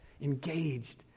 engaged